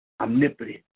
omnipotent